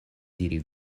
diri